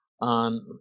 on